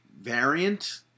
variant